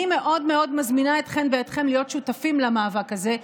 אני מאוד מאוד מזמינה אתכן ואתכם להיות שותפים למאבק הזה,